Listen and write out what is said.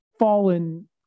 fallen